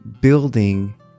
building